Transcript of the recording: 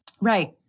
Right